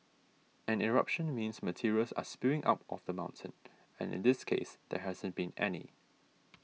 an eruption means materials are spewing out of the mountain and in this case there hasn't been any